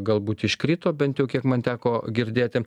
galbūt iškrito bent jau kiek man teko girdėti